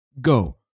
go